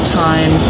time